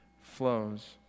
Flows